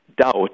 doubt